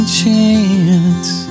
chance